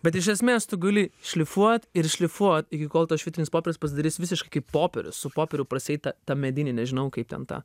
bet iš esmės tu gali šlifuot ir šlifuot iki kol tas švitrinis popierius pasidarys visiškai kaip popierius su popieriu prasieit tą tą medinį nežinau kaip ten tą